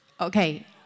Okay